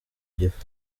gifu